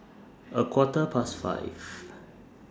A Quarter Past five